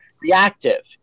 reactive